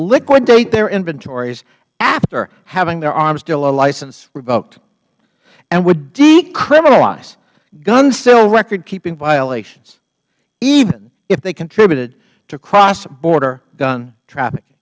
liquidate their inventories after having their arms dealer license revoked and would decriminalize gun sale recordkeeping violations even if they contributed to crossborder gun traffic